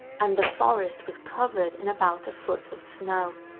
and the forest was covered in about a foot of snow.